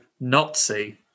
Nazi